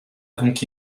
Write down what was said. donc